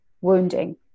wounding